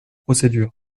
procédures